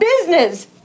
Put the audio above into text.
business